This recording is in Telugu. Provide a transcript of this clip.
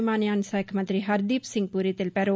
విమానయాన శాఖ మంత్రి హర్దీప్ సింగ్ పూరి తెలిపారు